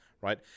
right